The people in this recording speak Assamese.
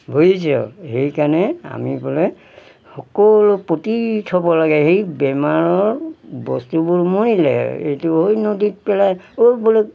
সেইকাৰণে আমি বোলে সকলো পুতি থ'ব লাগে সেই বেমাৰৰ বস্তুবোৰ মৰিলে এইটো ঐ নদীত পেলাই ঐ বোলে